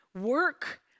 work